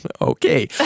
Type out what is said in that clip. Okay